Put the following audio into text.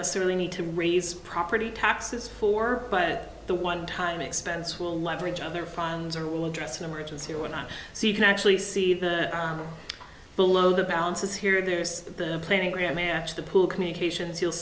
necessarily need to raise property taxes for but the one time expense will leverage other funds or we'll address an emergency or whatnot so you can actually see the below the balances here to use the playground match the pool communications you'll